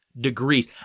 degrees